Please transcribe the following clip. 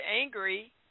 angry